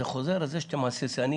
זה חוזר לזה שאתם הססנים.